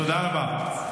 תודה רבה.